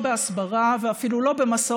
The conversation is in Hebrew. והייתה אפילו אחת שסירבו לתת לה את הכניסה